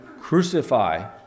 crucify